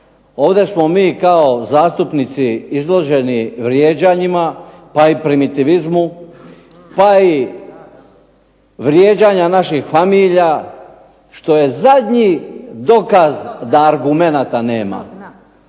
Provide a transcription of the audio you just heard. ovdje smo mi kao zastupnici izloženi vrijeđanjima, pa i primitivizmu, pa i vrijeđanja naših familija, što je zadnji dokaz da argumenata nema.